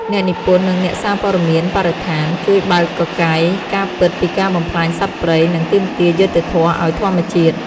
អ្នកនិពន្ធ និងអ្នកសារព័ត៌មានបរិស្ថាន ជួយបើកកកាយការពិតពីការបំផ្លាញសត្វព្រៃ និងទាមទារយុត្តិធម៌ឱ្យធម្មជាតិ។